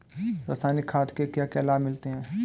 रसायनिक खाद के क्या क्या लाभ मिलते हैं?